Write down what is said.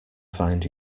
find